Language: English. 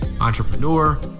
entrepreneur